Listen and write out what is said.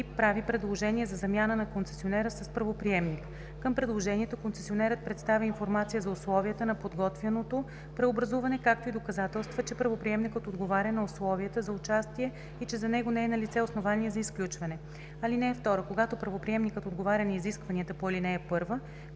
прави предложение за замяна на концесионера с правоприемник. Към предложението концесионерът представя информация за условията на подготвяното преобразуване както и доказателства, че правоприемникът отговаря на условията за участие и че за него не е налице основание за изключване. (2) Когато правоприемникът отговаря на изискванията по ал. 1,